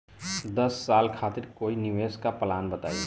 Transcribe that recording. दस साल खातिर कोई निवेश के प्लान बताई?